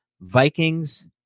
Vikings